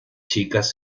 chicas